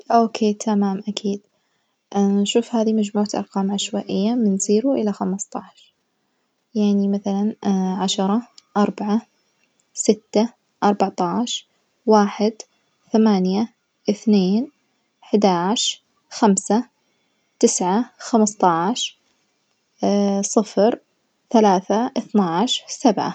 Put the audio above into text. أوك تمام أكيد، شوف هذي مجموعة أرقام عشوائية من زيرو إلى خمستاش يعني مثلًا عشرة، أربعة، ستة، أربعتاش، واحد، ثمانية، اثنين، حداش، خمسة، تسعة، خمستاش، صفر، ثلاثة، اثناش، سبعة.